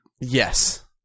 Yes